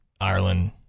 ireland